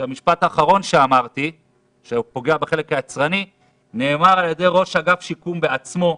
המשפט האחרון שאמרתי נאמר על ידי ראש אגף שיקום בעצמו,